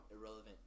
Irrelevant